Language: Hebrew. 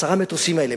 ועשרה המטוסים האלה,